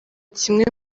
kimwe